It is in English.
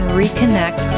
reconnect